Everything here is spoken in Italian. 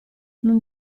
non